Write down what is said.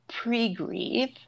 pre-grieve